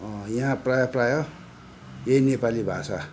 यहाँ प्राय प्राय यही नेपाली भाषा